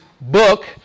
book